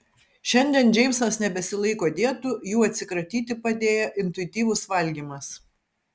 šiandien džeimsas nebesilaiko dietų jų atsikratyti padėjo intuityvus valgymas